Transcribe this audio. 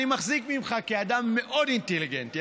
אני מחזיק ממך אדם מאוד אינטליגנטי,